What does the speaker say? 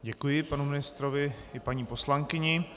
Děkuji panu ministrovi i paní poslankyni.